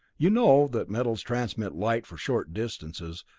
you know that metals transmit light for short distances,